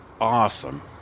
Awesome